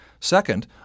Second